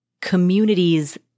communities